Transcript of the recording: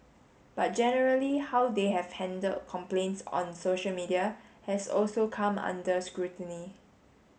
but generally how they have handled complaints on social media has also come under scrutiny